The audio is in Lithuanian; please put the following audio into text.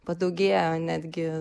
padaugėjo netgi